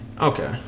Okay